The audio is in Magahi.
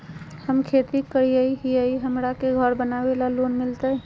हमे खेती करई हियई, हमरा के घर बनावे ल लोन मिलतई?